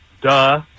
duh